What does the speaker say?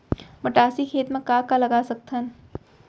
मटासी खेत म का का लगा सकथन?